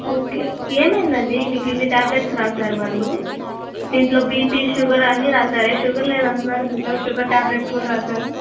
okay ఏమైందండి మీకు ఇన్ని ట్యాబ్లెట్స్ రాసారు వాళ్ళు దీంట్లో బీపీ షుగర్ అన్ని రాసారే షుగర్ లేదంటున్నారు దీంట్లో షుగర్ ట్యాబ్లెట్స్ కూడా రాసారు